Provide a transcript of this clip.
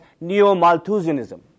Neo-Malthusianism